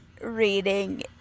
reading